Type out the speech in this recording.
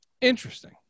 Interesting